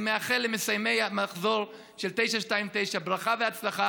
אני מאחל למסיימי המחזור של 929 ברכה והצלחה